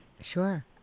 Sure